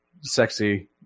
sexy